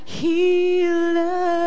healer